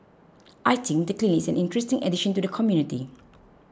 I think the clinic is an interesting addition to the community